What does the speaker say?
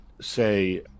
say